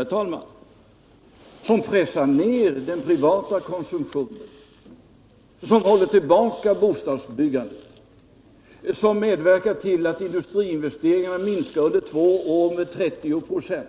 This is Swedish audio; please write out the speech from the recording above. Nu förs en politik som pressar ned den privata konsumtionen, som håller tillbaka bostadsbyggandet, som medverkar till att industriinvesteringarna minskar under två år med 30 926